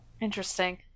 Interesting